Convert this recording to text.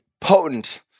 potent